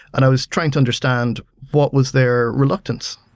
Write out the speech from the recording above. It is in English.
and i was trying to understand what was their reluctance.